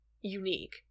unique